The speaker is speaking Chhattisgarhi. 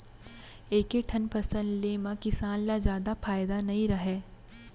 एके ठन फसल ले म किसान ल जादा फायदा नइ रहय